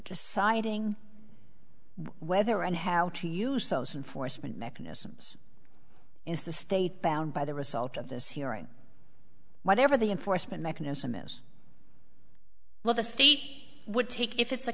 deciding whether and how to use those and forstmann mechanisms is the state bound by the result of this hearing whatever the enforcement mechanism is well the state would take if it's a